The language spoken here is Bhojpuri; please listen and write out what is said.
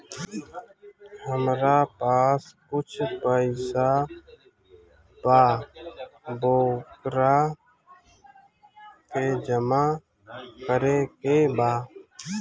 हमरा पास कुछ पईसा बा वोकरा के जमा करे के बा?